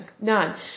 None